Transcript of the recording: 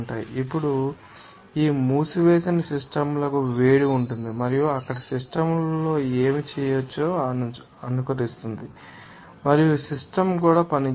ఇప్పుడు ఈ మూసివేసిన సిస్టమ్ లకు వేడి ఉంటుంది మరియు అక్కడ సిస్టమ్ లో ఏమి చేయవచ్చో అనుకరిస్తుంది మరియు సిస్టమ్ కూడా పని చేస్తుంది